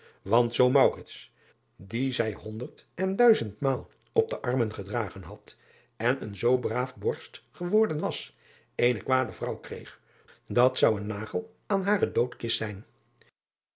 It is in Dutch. want zoo dien zij honderd en duizend maal op de armen gedragen had en een zoo braaf borst geworden was eene kwade vrouw kreeg dat zou een nagel aan hare doodkist zijn